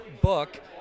book